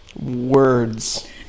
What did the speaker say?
Words